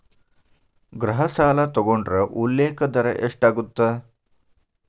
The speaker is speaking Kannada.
ಗೃಹ ಸಾಲ ತೊಗೊಂಡ್ರ ಉಲ್ಲೇಖ ದರ ಎಷ್ಟಾಗತ್ತ